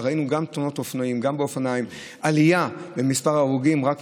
אבל ראינו עלייה במספר ההרוגים גם בתאונות אופנועים,